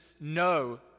no